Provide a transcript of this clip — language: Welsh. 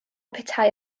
petai